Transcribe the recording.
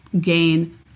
gain